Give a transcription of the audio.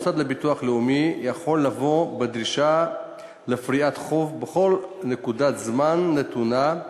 המוסד לביטוח לאומי יכול לבוא בדרישה לפריעת חוב בכל נקודת זמן נתונה,